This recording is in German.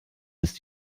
bis